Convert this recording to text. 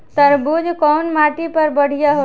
तरबूज कउन माटी पर बढ़ीया होला?